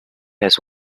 has